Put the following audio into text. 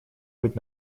быть